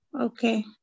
Okay